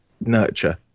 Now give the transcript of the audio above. nurture